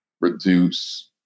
reduce